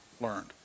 learned